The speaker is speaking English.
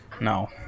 No